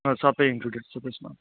हजुर सबै इन्क्लुडेड छ त्यसमा